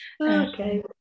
Okay